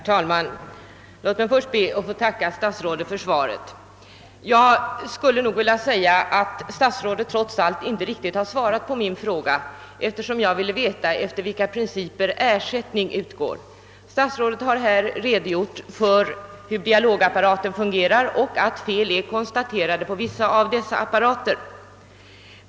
Herr talman! Låt mig först tacka herr statsrådet för svaret. Trots allt har statsrådet inte svarat på min fråga fullständigt, eftersom jag vill veta efter vilka principer ersättning utgår. Statsrådet har redogjort för hur Dialogapparaten fungerar och framhållit att fel konstaterats på vissa av dessa apparater.